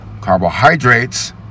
Carbohydrates